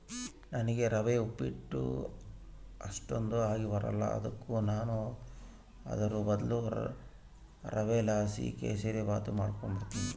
ನನಿಗೆ ರವೆ ಉಪ್ಪಿಟ್ಟು ಅಷ್ಟಕೊಂದ್ ಆಗಿಬರಕಲ್ಲ ಅದುಕ ನಾನು ಅದುರ್ ಬದ್ಲು ರವೆಲಾಸಿ ಕೆಸುರ್ಮಾತ್ ಮಾಡಿಕೆಂಬ್ತೀನಿ